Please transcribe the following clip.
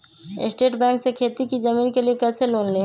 State Bank से खेती की जमीन के लिए कैसे लोन ले?